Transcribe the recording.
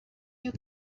you